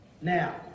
Now